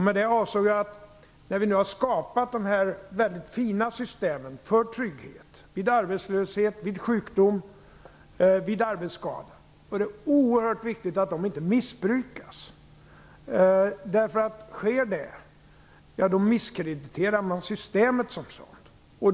Med det avsåg jag att när vi nu har skapat dessa väldigt fina system för trygghet vid arbetslöshet, sjukdom och arbetsskada är det oerhört viktigt att de inte missbrukas. Sker det, misskrediterar man systemet som sådant.